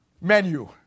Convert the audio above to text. menu